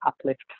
Uplift